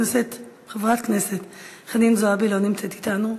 חברת הכנסת חנין זועבי, לא נמצאת אתנו.